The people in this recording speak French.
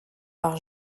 par